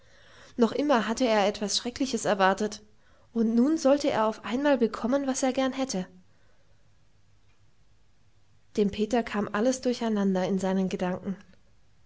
noch immer hatte er etwas schreckliches erwartet und nun sollte er auf einmal bekommen was er gern hätte dem peter kam alles durcheinander in seinen gedanken